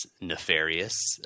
nefarious